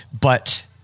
But-